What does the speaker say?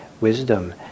wisdom